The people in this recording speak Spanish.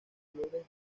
flores